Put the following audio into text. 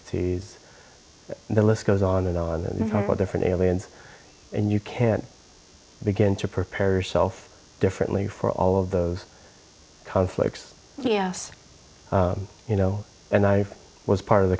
ies the list goes on and on there are different aliens and you can't begin to prepare yourself differently for all of those conflicts yes you know and i was part of the